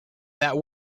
that